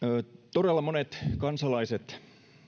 todella monet kansalaiset